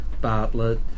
Bartlett